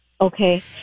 Okay